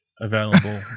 available